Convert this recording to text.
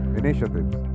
initiatives